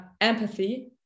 empathy